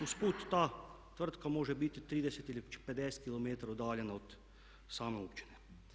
Usput ta tvrtka može biti 30 ili 50km udaljena od same općine.